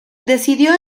decidió